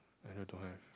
I know don't have